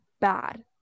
bad